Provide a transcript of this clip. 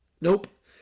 Nope